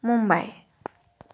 Mumbai